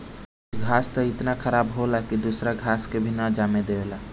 कुछ घास त इतना खराब होला की दूसरा घास के भी ना जामे देला